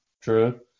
True